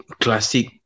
classic